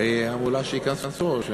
אחרי ההמולה שייכנסו?